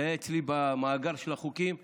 זה היה במאגר של החוקים אצלי.